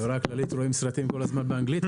בחברה הכללית רואים כל הזמן סרטים באנגלית.